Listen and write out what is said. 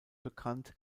bekannt